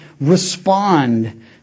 respond